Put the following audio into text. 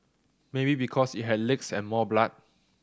maybe because it had legs and more blood